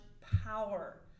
power